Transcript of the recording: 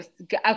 Okay